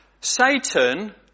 Satan